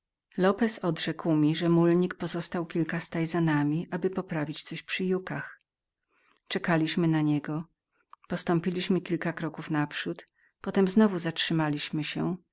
lopez odrzekł mi że przewodnik pozostał kilka staj za nami aby poprawić coś przy jukach czekaliśmy na niego postąpiliśmy kilka kroków naprzód potem znowu zatrzymaliśmy się